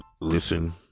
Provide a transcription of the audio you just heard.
listen